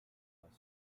moral